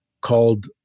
called